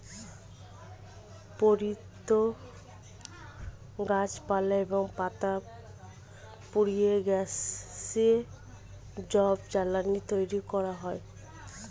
পরিত্যক্ত গাছপালা এবং পাতা পুড়িয়ে গ্যাসীয় জৈব জ্বালানি তৈরি করা হয়